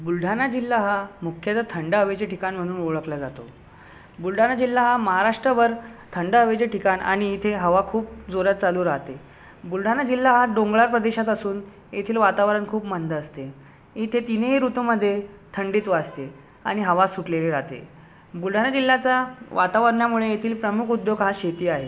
बुलढाणा जिल्हा हा मुख्यतः थंड हवेचे ठिकाण म्हणून ओळखला जातो बुलढाणा जिल्हा हा महाराष्ट्रभर थंड हवेचे ठिकाण आणि इथे हवा खूप जोरात चालू राहते बुलढाणा जिल्हा हा डोंगराळ प्रदेशात असून येथील वातावरण खूप मंद असते इथे तीनही ऋतूमधे थंडीच वाजते आणि हवा सुटलेली राहते बुलढाणा जिल्ह्याचा वातावरणामुळे येथील प्रमुख उद्योग हा शेती आहे